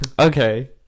Okay